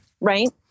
right